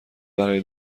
برای